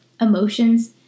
emotions